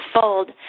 fold